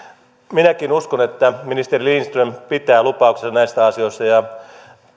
minäkin uskon että ministeri lindström pitää lupauksensa näissä asioissa ja